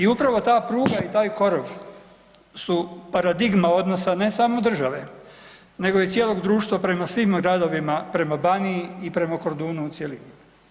I upravo ta pruga i taj korov su paradigma odnosa ne samo države nego i cijelog društva prema svim gradovima prema Baniji i prema Kordunu u cjelini.